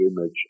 image